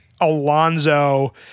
Alonzo